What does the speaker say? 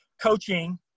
coaching